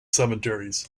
cemeteries